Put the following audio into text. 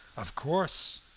of course.